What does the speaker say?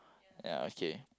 ya okay